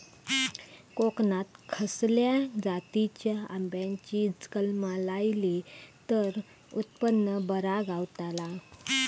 कोकणात खसल्या जातीच्या आंब्याची कलमा लायली तर उत्पन बरा गावताला?